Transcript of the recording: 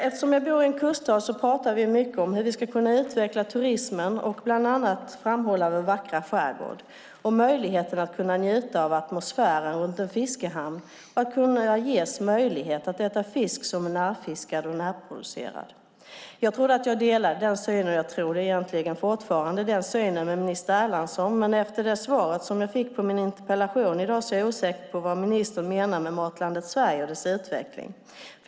Eftersom jag bor i en kuststad pratar vi mycket om hur vi ska kunna utveckla turismen, bland annat framhålla vår vackra skärgård och möjligheten att njuta av atmosfären runt en fiskehamn och att äta fisk som är närfiskad och närproducerad. Jag tror att jag delar den synen - jag tror det egentligen fortfarande - med Eskil Erlandsson, men efter det svar som jag fick på min interpellation i dag är jag osäker på vad ministern menar med Matlandet Sverige och dess utveckling.